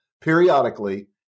periodically